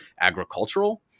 agricultural